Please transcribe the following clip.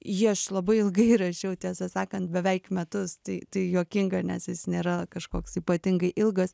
jį aš labai ilgai rašiau tiesą sakant beveik metus tai tai juokinga nes jis nėra kažkoks ypatingai ilgas